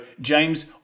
James